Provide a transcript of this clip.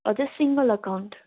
हजुर single account